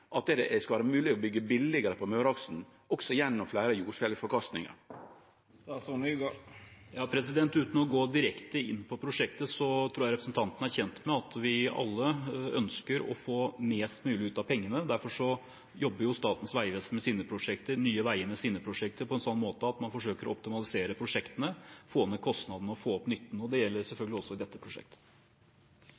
at det skal vere mogeleg å byggje billegare på Møreaksen, også gjennom fleire jordskjelvforkastingar? Uten å gå direkte inn på prosjektet tror jeg representanten er kjent med at vi alle ønsker å få mest mulig ut av pengene. Derfor jobber Statens vegvesen med sine prosjekter og Nye Veier med sine prosjekter på en sånn måte at man forsøker å optimalisere prosjektene, få ned kostnadene og få opp nytten. Det gjelder